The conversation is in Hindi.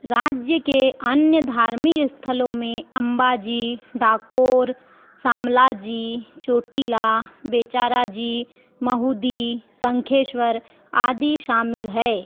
राज्य के अन्य धार्मिक स्थलों में अंबाजी डाकोर शामला जी चोटिला बेचारा जी महूदी शंखेश्वर आदि शामिल है